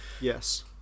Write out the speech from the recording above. Yes